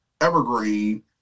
Evergreen